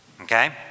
okay